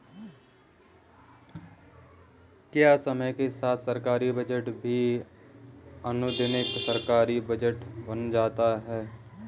क्या समय के साथ सरकारी बजट भी आधुनिक सरकारी बजट बनता जा रहा है?